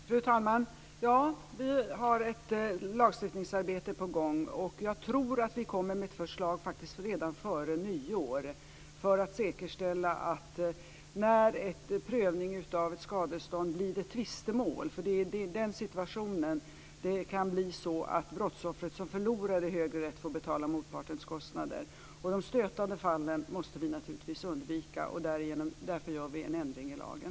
Fru talman! Ja, vi har ett lagstiftningsarbete på gång. Jag tror faktiskt att vi kommer med förslag redan före nyår gällande det här med tvistemål i fråga om ett skadestånd. Det är i den situationen det kan bli så att brottsoffret som förlorar i högre rätt får betala motpartens kostnader. De stötande fallen måste vi naturligtvis undvika. Därför gör vi en ändring i lagen.